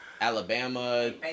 Alabama